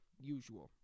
Usual